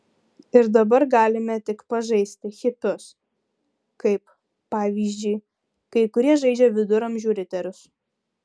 ir dabar galime tik pažaisti hipius kaip pavyzdžiui kai kurie žaidžia viduramžių riterius